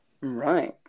Right